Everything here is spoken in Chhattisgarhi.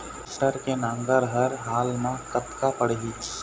टेक्टर के नांगर हर हाल मा कतका पड़िही?